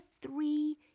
three